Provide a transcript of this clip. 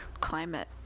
climate